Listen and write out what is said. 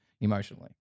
emotionally